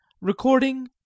Recording